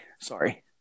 Sorry